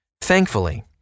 Thankfully